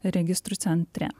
registrų centre